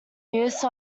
use